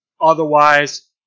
Otherwise